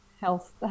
Health